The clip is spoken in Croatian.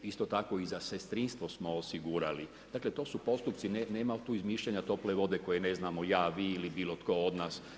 Isto tako i za sestrinstvo smo osigurali, dakle to su postupci nema tu izmišljanja tople volje koje ne znamo ja, vi ili bilo tko od nas.